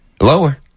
Lower